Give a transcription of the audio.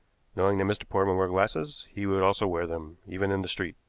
knowing that mr. portman wore glasses, he would also wear them, even in the street.